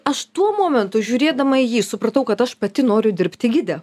aš tuo momentu žiūrėdama į jį supratau kad aš pati noriu dirbti gide